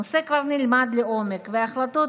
הנושא כבר נלמד לעומק וההחלטות